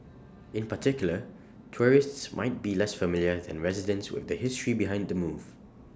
in particular tourists might be less familiar than residents with the history behind the move